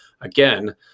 again